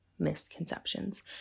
Misconceptions